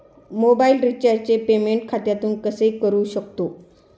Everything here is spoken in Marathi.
मोबाइल रिचार्जचे पेमेंट खात्यातून कसे करू शकतो?